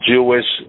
Jewish